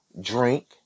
drink